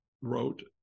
wrote